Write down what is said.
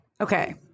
Okay